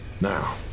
Now